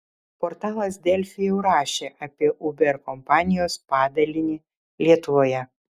portalas delfi jau rašė apie uber kompanijos padalinį lietuvoje